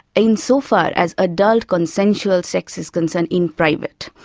in so far as adult consensual sex is concerned in private.